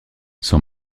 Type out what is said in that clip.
son